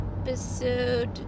episode